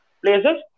places